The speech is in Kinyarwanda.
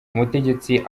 umutegetsi